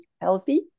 healthy